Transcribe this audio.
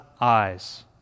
eyes